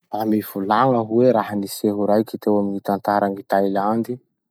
Mba mivolagna hoe raha-niseho raiky teo amy gny tantaran'i Tailandy?